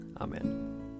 Amen